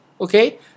okay